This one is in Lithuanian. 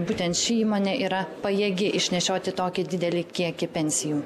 būtent ši įmonė yra pajėgi išnešioti tokį didelį kiekį pensijų